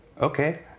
Okay